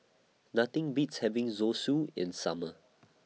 Nothing Beats having Zosui in Summer